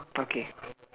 okay